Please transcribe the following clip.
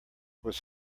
was